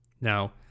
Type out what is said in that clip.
Now